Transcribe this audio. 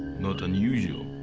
not unusual.